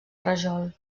rajol